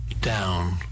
down